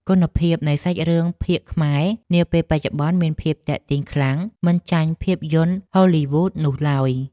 គុណភាពនៃសាច់រឿងភាគខ្មែរនាពេលបច្ចុប្បន្នមានភាពទាក់ទាញខ្លាំងមិនចាញ់ភាពយន្តហូលីវូដនោះឡើយ។